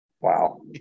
Wow